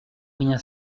rien